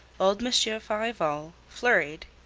old monsieur farival, flurried,